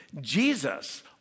Jesus